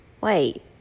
wait